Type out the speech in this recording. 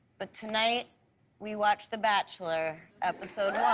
but tonight we watched the bachelor episode